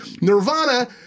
Nirvana